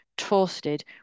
toasted